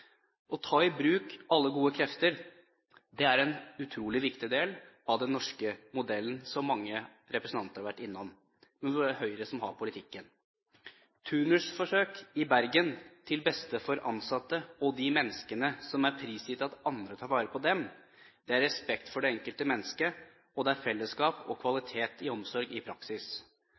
Å ta i bruk alle gode krefter er en utrolig viktig del av den norske modellen, som mange representanter har vært innom, men det er Høyre som har politikken: turnusforsøk i Bergen til beste for ansatte og de menneskene som er prisgitt at andre tar vare på dem. Det er respekt for det enkelte mennesket, og det er fellesskap og kvalitet i omsorg i praksis.